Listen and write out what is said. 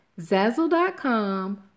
Zazzle.com